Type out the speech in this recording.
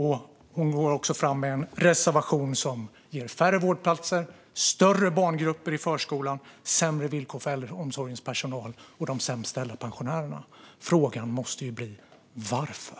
Hon går också fram med en reservation som ger färre vårdplatser, större barngrupper i förskolan och sämre villkor för äldreomsorgens personal och de sämst ställda pensionärerna. Frågan måste bli: Varför?